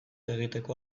egiteko